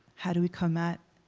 how do we come at,